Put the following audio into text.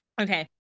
Okay